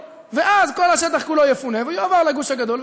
ואז כל השטח כולו יפונה ויועבר לגוש הגדול,